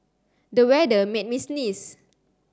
the weather made me sneeze